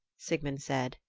sigmund said.